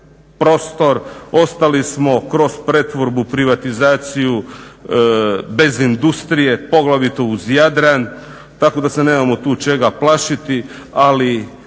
ostali smo kroz pretvorbu i privatizaciju bez industrije, poglavito uz Jadran tako da se nemamo tu čega plašiti. Ali,